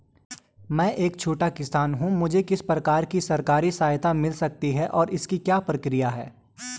मैं एक छोटा किसान हूँ मुझे किस प्रकार की सरकारी सहायता मिल सकती है और इसकी क्या प्रक्रिया है?